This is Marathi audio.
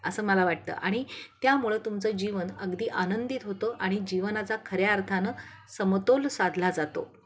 असं मला वाटतं आणि त्यामुळं तुमचं जीवन अगदी आनंदित होतं आणि जीवनाचा खऱ्या अर्थानं समतोल साधला जातो